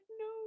no